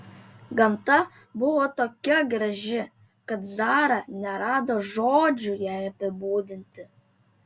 gamta buvo tokia graži kad zara nerado žodžių jai apibūdinti